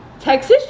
Texas